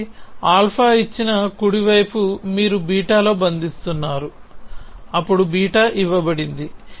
కాబట్టి α ఇచ్చిన కుడి వైపు మీరు β లో బంధిస్తున్నారు అప్పుడు β ఇవ్వబడింది